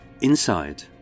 Inside